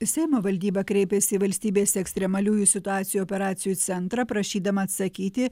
seimo valdyba kreipėsi į valstybės ekstremaliųjų situacijų operacijų centrą prašydama atsakyti